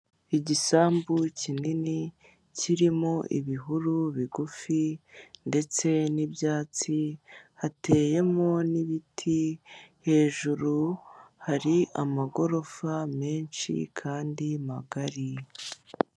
Igisambu kinini kirimo ibihuru bigufi ndetse n'ibyatsi hateyemo n'ibiti hejuru hari amagorofa menshi kandi magari.